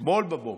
אתמול בבוקר,